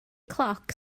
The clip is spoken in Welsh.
cloc